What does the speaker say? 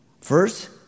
first